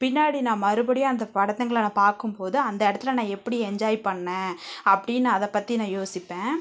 பின்னாடி நான் மறுபடியும் அந்த படத்துங்கள நான் பார்க்கும் போது அந்த இடத்துல நான் எப்படி என்ஜாய் பண்ணேன் அப்படின் நான் அதை பற்றி நான் யோசிப்பேன்